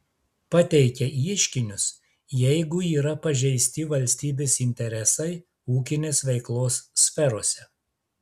pateikia ieškinius jeigu yra pažeisti valstybės interesai ūkinės veiklos sferose